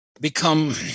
become